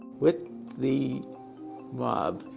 with the mob,